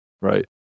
right